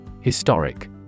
Historic